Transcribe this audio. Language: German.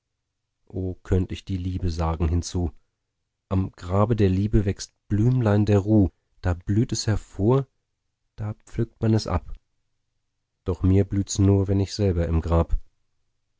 o könnt ich die liebe sargen hinzu am grabe der liebe wächst blümlein der ruh da blüht es hervor da pflückt man es ab doch mir blühts nur wenn ich selber im grab